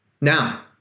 Now